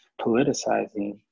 politicizing